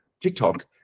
TikTok